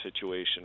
situation